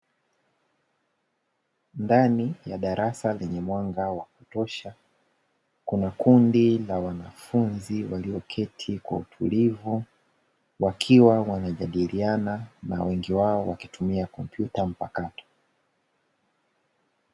Ndani ya darasa lenye mwanga wa kutosha kuna kundi la wanafunzi walioketi kwa utulivu wakiwa wanajadiliana na wengi wao wakitumia kompyuta mpakato.